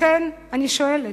לכן אני שואלת,